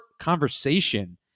conversation